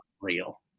real